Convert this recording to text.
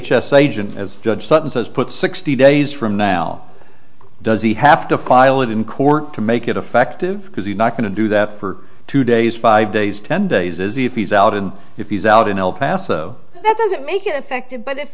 s s agent as judge sutton's has put sixty days from now does he have to file it in court to make it effective because he's not going to do that for two days five days ten days is if he's out and if he's out in el paso that doesn't make it effective but if